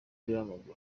w’umupira